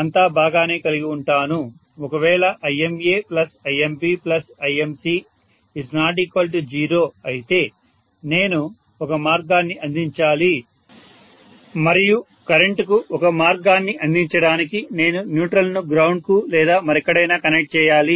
అంతా బాగానే కలిగివుంటాను ఒకవేళ ImaImbImc0 అయితే నేను ఒక మార్గాన్ని అందించాలి మరియు కరెంటుకు ఒక మార్గాన్ని అందించడానికి నేను న్యూట్రల్ ను గ్రౌండ్ కు లేదా మరెక్కడైనా కనెక్ట్ చేయాలి